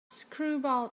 screwball